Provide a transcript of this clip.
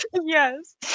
Yes